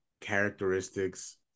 characteristics